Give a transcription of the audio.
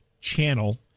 channel